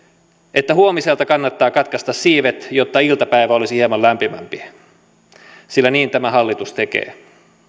että huomiselta kannattaa katkaista siivet jotta iltapäivä olisi hieman lämpimämpi sillä niin tämä hallitus tekee